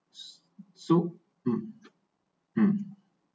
so um um